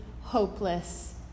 hopeless